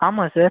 ஆமாம் சார்